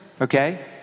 okay